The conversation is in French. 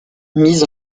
mis